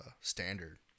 standard